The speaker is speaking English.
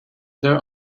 there